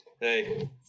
Hey